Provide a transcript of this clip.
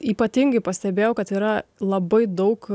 ypatingai pastebėjau kad yra labai daug